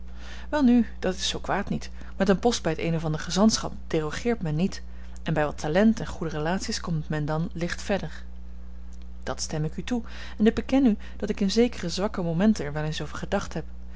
welnu dat is zoo kwaad niet met een post bij het een of ander gezantschap derogeert men niet en bij wat talent en goede relaties komt men dan licht verder dat stem ik u toe en ik beken u dat ik in zekere zwakke momenten er wel eens over gedacht heb